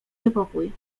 niepokój